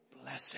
blessing